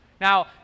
Now